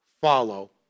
follow